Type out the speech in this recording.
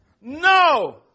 No